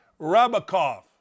Rabakov